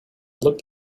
looked